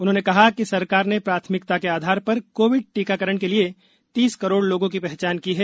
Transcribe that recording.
उन्होंने कहा कि सरकार ने प्रााथमिकता के आधार पर कोविड टीकाकरण के लिए तीस करोड़ लोगों की पहचान की है